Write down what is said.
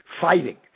fighting